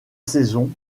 saison